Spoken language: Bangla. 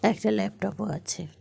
একটা ল্যাপটপও আছে